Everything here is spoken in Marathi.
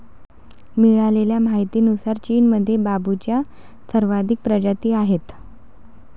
मिळालेल्या माहितीनुसार, चीनमध्ये बांबूच्या सर्वाधिक प्रजाती आहेत